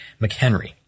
McHenry